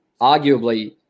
arguably